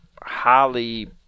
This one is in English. highly